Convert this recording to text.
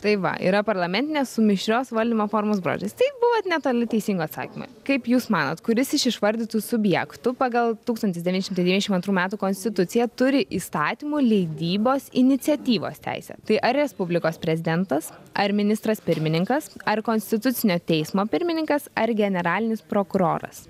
tai va yra parlamentinė su mišrios valdymo formos bruožas tai buvot netoli teisingo atsakymo kaip jūs manot kuris iš išvardytų subjektų pagal tūkstantis devyni šimtai dvidešimt antrų metų konstituciją turi įstatymų leidybos iniciatyvos teisę tai ar respublikos prezidentas ar ministras pirmininkas ar konstitucinio teismo pirmininkas ar generalinis prokuroras